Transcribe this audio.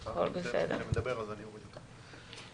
כשאני מדבר אני אוריד אותה.